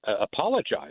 Apologize